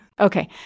Okay